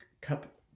cup